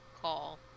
call